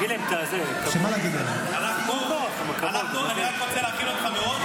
אני רק רוצה להתקיל אותך מראש,